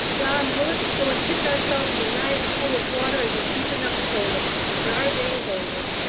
john willet, let's go and pitch ourselves in the nighest pool of water as is deep enough to hold us for our day is over!